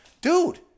dude